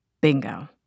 Bingo